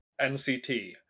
NCT